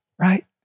right